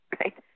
right